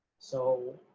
so,